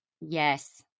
Yes